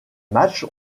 matchs